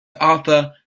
arthur